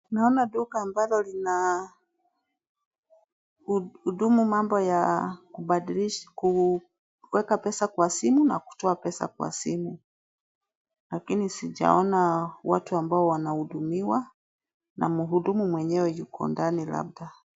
Naona duka ambalo lina hudumu mambo ya kubadikisha kuweka pesa kwa simu na kutoa pesa kwa simu lakini sijaona watu ambao wanahudumiwa na mhudumu mwenyewe yuko ndani labda.